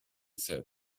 said